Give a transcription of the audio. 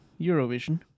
Eurovision